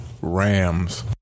Rams